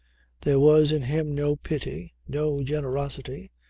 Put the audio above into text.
there was in him no pity, no generosity,